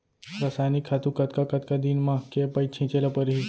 रसायनिक खातू कतका कतका दिन म, के पइत छिंचे ल परहि?